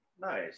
nice